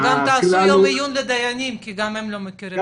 וגם תעשו יום עיון לדיינים, כי גם הם לא מכירים.